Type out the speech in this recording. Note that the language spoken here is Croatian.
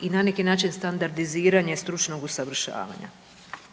i na neki način standardiziranje stručnog usavršavanja.